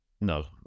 No